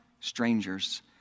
strangers